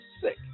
sick